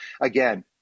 again